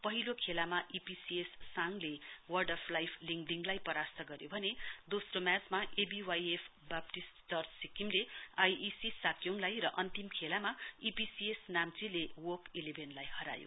पहिलो खेलामा ईपीसीएस साङले वर्ड अफ् लाईफ लिङदिङलाई परास्त गऱ्यो भने दोस्रो म्याचमा एबीवाइएफ बेब्तीस चर्च सिक्किमले आइईसी साक्योङलाई र अन्तिम खेलामा ईपीसीएस नाम्चीले वोक इलेभेनलाई हरायो